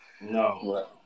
No